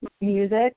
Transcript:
music